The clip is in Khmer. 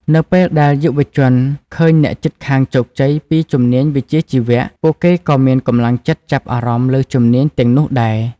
នៅពេលដែលយុវជនឃើញអ្នកជិតខាងជោគជ័យពីជំនាញវិជ្ជាជីវៈ ពួកគេក៏មានកម្លាំងចិត្តចាប់អារម្មណ៍លើជំនាញទាំងនោះដែរ។